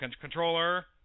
controller